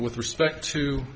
with respect to